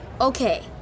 Okay